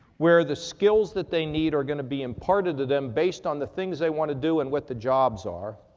where the skills that they need are going to be imparted to them based on the things they want to do and what the jobs are.